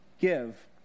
give